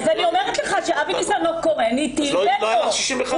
צריך לזכור שהסדרי טיעון הרבה פעמים משמשים גם כמנוף לגט.